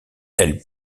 elle